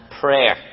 prayer